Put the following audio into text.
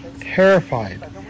Terrified